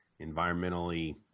environmentally